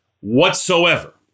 whatsoever